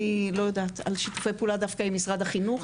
אני לא יודעת עם שיתופי פעולה דווקא עם משרד החינוך.